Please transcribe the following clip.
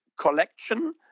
collection